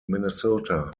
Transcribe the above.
minnesota